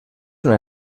una